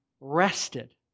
rested